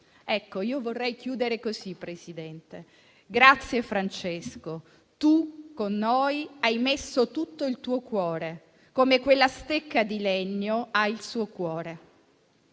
Ecco, io vorrei concludere così, Presidente. Grazie Francesco, tu con noi hai messo tutto il tuo cuore, come quella stecca di legno ha il suo cuore,